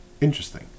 interesting